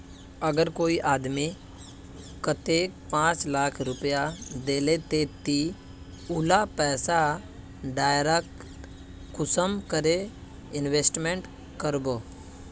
अगर कोई आदमी कतेक पाँच लाख रुपया दिले ते ती उला पैसा डायरक कुंसम करे इन्वेस्टमेंट करबो?